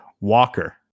Walker